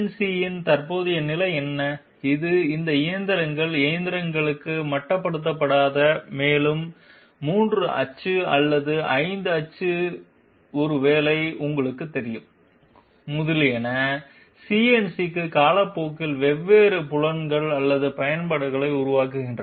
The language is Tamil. CNC யின் தற்போதைய நிலை என்ன இது இந்த இயந்திரங்கள் எந்திரங்களுக்கு மட்டுப்படுத்தப்பட்டதா மேலும் 3 அச்சு அல்லது 5 அச்சு ஒருவேளை உங்களுக்குத் தெரியும் முதலியன CNC க்கு காலப்போக்கில் வெவ்வேறு புலங்கள் அல்லது பயன்பாடுகள் உருவாகின்றன